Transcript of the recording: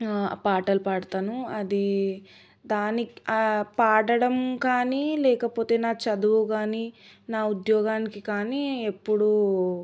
పాటలు పాడతాను అది దానికి పాడడం కానీ లేకపోతే నా చదువు కానీ నా ఉద్యోగానికి కానీ ఎప్పుడూ